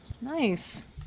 nice